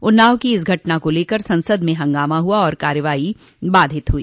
उन्नाव की इस घटना को लेकर संसद में हंगामा हुआ और कार्रवाई बाधित हुई